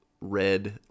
red